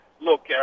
Look